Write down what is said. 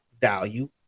value